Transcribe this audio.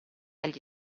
agli